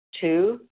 Two